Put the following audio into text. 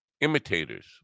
Imitators